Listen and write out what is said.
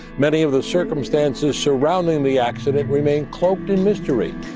many of the circumstances surrounding the accident remain cloaked in mystery